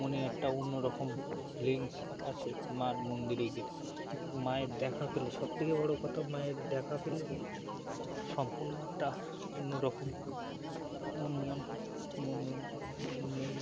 মনে একটা অন্যরকম ফিলিংস আছে মার মন্দিরে গিয়ে মায়ের দেখা পেলে সবথেকে বড়ো কথা মায়ের দেখা পেলে সম্পূর্ণ একটা অন্যরকম মনন মন